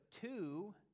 two